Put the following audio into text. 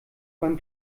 beim